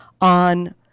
on